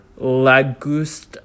Lagust